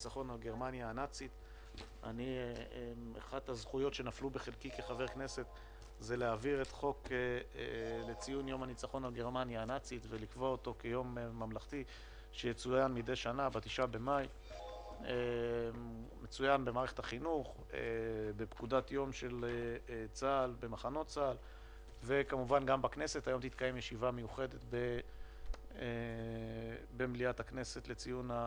11:30.